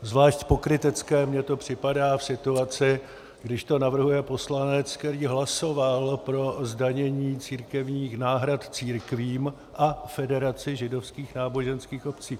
Zvlášť pokrytecké mně to připadá v situaci, když to navrhuje poslanec, který hlasoval pro zdanění církevních náhrad církvím a Federaci židovských náboženských obcí.